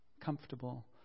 comfortable